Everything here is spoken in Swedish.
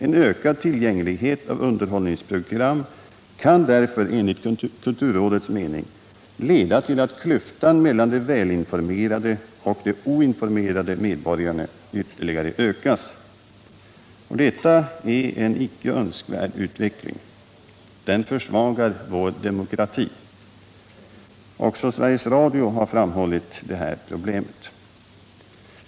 En ökad tillgänglighet av underhållningsprogram kan därför, enligt kulturrådets mening, leda till att klyftan mellan de välinformerade och de oinformerade medborgarna ytterligare ökas. Detta är en icke önskvärd utveckling. Den försvagar vår demokrati. Också Sveriges Radio har framhållit detta problem.